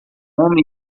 homem